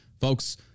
folks